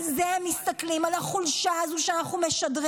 על זה הם מסתכלים, על החולשה הזו שאנחנו משדרים.